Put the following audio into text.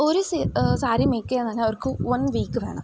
ഒരു സ് സാരി മേക്ക് ചെയ്യാൻ തന്നെ അവർക്ക് വൺ വീക്ക് വേണം